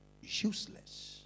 useless